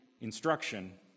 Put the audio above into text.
instruction